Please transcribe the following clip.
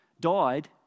died